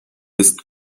isst